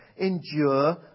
endure